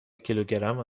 کیلوگرم